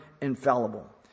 infallible